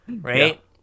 right